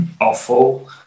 awful